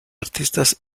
artistas